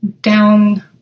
down